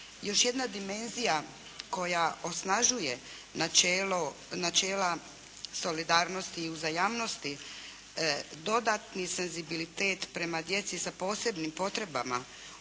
Još jedna dimenzija koja osnažuje načela solidarnosti i uzajamnosti, dodatni senzibilitet prema djeci sa posebnim potrebama,